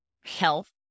health